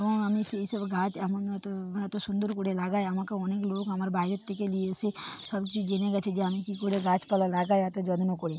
এবং আমি সেই সব গাছ এমন হয়তো এত সুন্দর করে লাগাই আমাকে অনেক লোক আমার বাইরের থেকে নিয়ে এসে সব কিছু জেনে গেছে যে আমি কী করে গাছপালা লাগাই এত যত্ন করে